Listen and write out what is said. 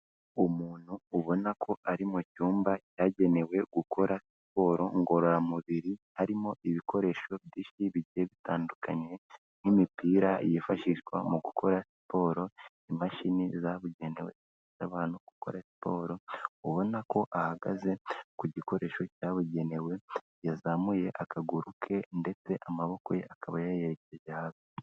Umuntu ubona ko ari mu cyumba cyagenewe gukora siporo ngororamubiri, harimo ibikoresho byinshi bigiye bitandukanye nk'imipira yifashishwa mu gukora siporo imashini zabugenewe n'abantu gukora siporo ubona ko ahagaze ku gikoresho cyabugenewe yazamuye akaguru ke ndetse amaboko ye akaba yayashyize hasi.